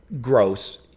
gross